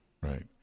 Right